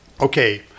okay